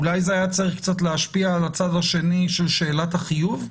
אולי זה היה צריך להשפיע קצת על הצד השני של שאלת החיוב?